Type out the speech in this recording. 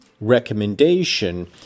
recommendation